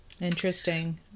Interesting